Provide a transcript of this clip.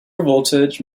voltage